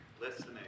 Listening